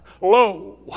Lo